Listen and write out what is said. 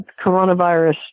coronavirus